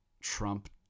Trump